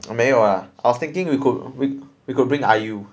没有 lah I was thinking we could we could bring I_U